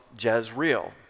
Jezreel